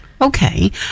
okay